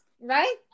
right